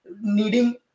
needing